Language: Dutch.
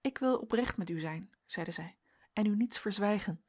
ik wil oprecht met u zijn zeide zij en u niets verzwijgen